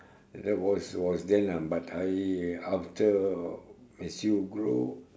that was was then ah but I after as you grow